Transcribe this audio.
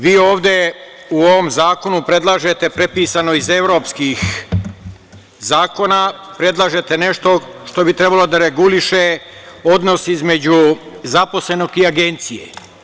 Vi ovde u ovom zakonu predlažete prepisano iz evropskih zakona nešto što bi trebalo da reguliše odnos između zaposlenog i agencije.